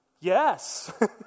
Yes